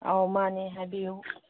ꯑꯧ ꯃꯥꯅꯦ ꯍꯥꯏꯕꯤꯌꯨ